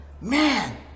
man